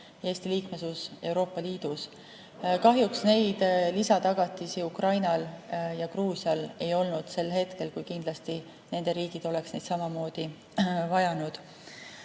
Eesti liikmesus Euroopa Liidus. Kahjuks neid lisatagatisi Ukrainal ja Gruusial ei olnud sel hetkel, kui nende riigid oleks neid samamoodi vajanud.